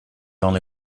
only